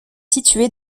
située